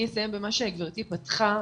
אני אסיים במה שגברתי פתחה,